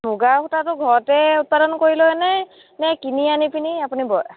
মুগা সূতাটো ঘৰতে উৎপাদন কৰি লয়নে নে কিনি আনি পিনি আপুনি বয়